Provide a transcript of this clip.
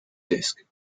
disc